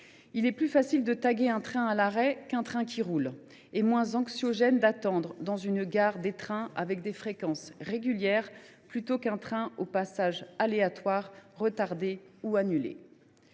Il est plus facile de taguer un train à l’arrêt qu’un train qui roule, et moins anxiogène d’attendre dans une gare des trains aux fréquences régulières, plutôt qu’un train aux passages aléatoires, retardés ou annulés.